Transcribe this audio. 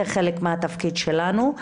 זה חלק מהתפקיד שלנו.